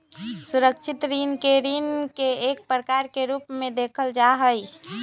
सुरक्षित ऋण के ऋण के एक प्रकार के रूप में देखल जा हई